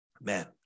Man